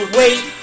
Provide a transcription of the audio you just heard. wait